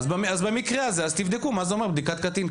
במקרה הזה תבדקו מה זה אומר בדיקת קטין.